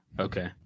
Okay